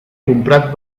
comprat